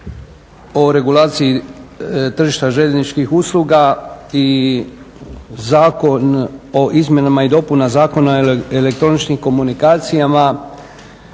o regulaciji tržišta željezničkih usluga i Zakona o izmjenama i dopunama Zakona o elektroničkim komunikacijama